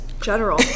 General